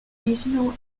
educational